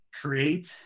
create